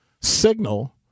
signal